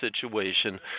situation